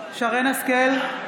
שרן מרים השכל,